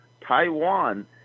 Taiwan